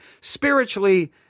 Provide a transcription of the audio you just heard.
spiritually